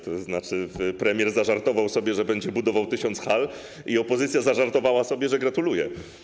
Tzn. premier zażartował sobie, że będzie budował tysiąc hal i opozycja zażartowała sobie, że gratuluje.